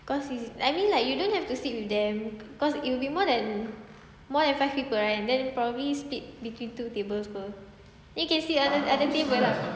cause it's I mean like you don't have to sit with them cause it'll be more than more than five people kan then probably split between two tables [pe] then can sit other other table